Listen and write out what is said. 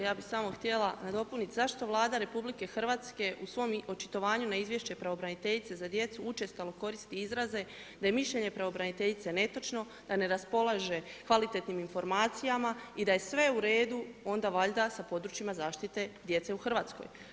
Ja bi samo htjela nadopuniti, zašto Vlada RH, u svom očitovanju na izvješće Pravobraniteljice za djecu, učestalo koristi izraze da je mišljenje pravobraniteljice netočno, da ne raspolaže kvalitetnim informacijama i da je sve u redu, onda valjda sa područjima zaštite djece u Hrvatskoj.